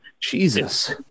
jesus